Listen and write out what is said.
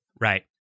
right